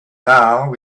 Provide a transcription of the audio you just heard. now